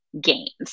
gains